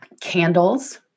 Candles